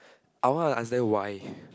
I want to ask them why